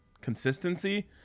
consistency